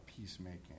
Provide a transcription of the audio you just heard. peacemaking